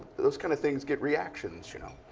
those kind of things get reactions. you know